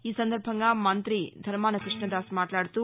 ఈ సందర్భంగా మంత్రి ధర్మాన కృష్ణదాస్ మాట్లాడుతూ